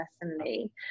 personally